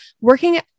working